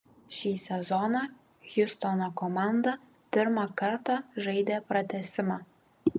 šį sezoną hjustono komanda pirmą kartą žaidė pratęsimą